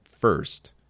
first